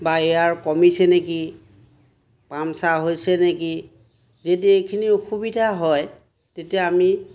বা এয়াৰ কমিছে নেকি পামচা হৈছে নেকি যদি এইখিনি অসুবিধা হয় তেতিয়া আমি